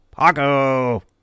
Paco